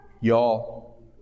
y'all